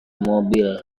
mobil